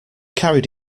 carried